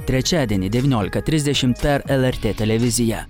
trečiadienį devyniolika trisdešimt per lrt televiziją